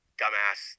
dumbass